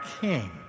king